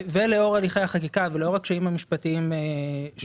זה לאור הליכי החקיקה ולאור הקשיים המשפטיים שעלו.